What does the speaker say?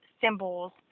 symbols